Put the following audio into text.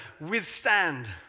withstand